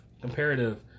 comparative